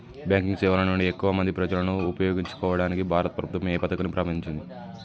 Banking సేవల నుండి ఎక్కువ మంది ప్రజలను ఉపయోగించుకోవడానికి భారత ప్రభుత్వం ఏ పథకాన్ని ప్రారంభించింది?